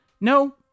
No